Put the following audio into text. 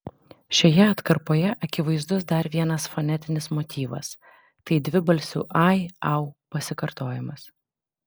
šioje atkarpoje akivaizdus dar vienas fonetinis motyvas tai dvibalsių ai au pasikartojimas